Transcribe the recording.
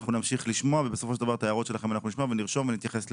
נשמע את ההערות שלכם, נרשום ונתייחס לכל.